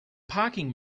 parking